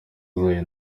zayo